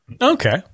okay